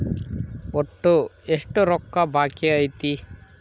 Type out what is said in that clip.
ಒಟ್ಟು ಎಷ್ಟು ರೊಕ್ಕ ಬಾಕಿ ಐತಿ?